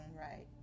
right